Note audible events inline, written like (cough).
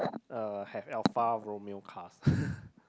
uh have Alfa-Romeo cars (laughs)